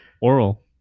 Oral